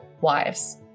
wives